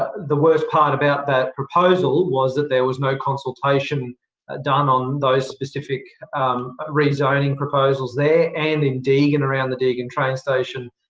the worst part about that proposal was that there was no consultation done on those specific rezoning proposals there and in deagon, around the deagon train station,